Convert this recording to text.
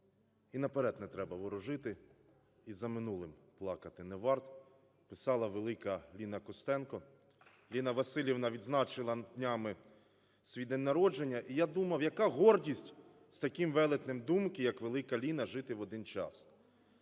І наперед не треба ворожити і за минулим плакати не варт", – писала велика Ліна Костенко. Ліна Василівна відзначила днями свій день народження, і я думав, яка гордість з таким велетнем думки, як велика Ліна, жити в один час.